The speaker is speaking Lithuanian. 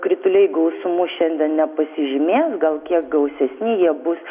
krituliai gausumu šiandien nepasižymės gal kiek gausesni jie bus